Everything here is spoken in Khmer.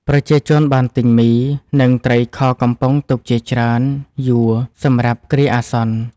ប្រជាជនបានទិញមី និងត្រីខកំប៉ុងទុកជាច្រើនយួរសម្រាប់គ្រាអាសន្ន។